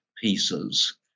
pieces